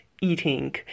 eating